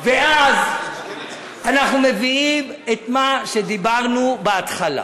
ואז אנחנו מביאים את מה שדיברנו בהתחלה.